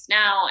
now